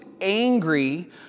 angry